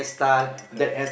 ya correct